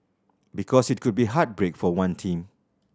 because it could be heartbreak for one team